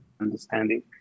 understanding